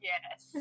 Yes